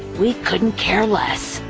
we couldn't care less.